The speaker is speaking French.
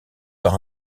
par